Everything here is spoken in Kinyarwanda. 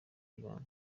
y’ibanga